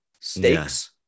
Steaks